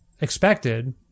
expected